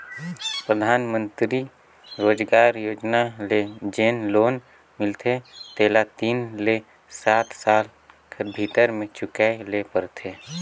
परधानमंतरी रोजगार योजना ले जेन लोन मिलथे तेला तीन ले सात साल कर भीतर में चुकाए ले परथे